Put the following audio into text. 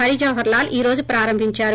హరి జవహర్లాల్ ఈరోజు ప్రారంభించారు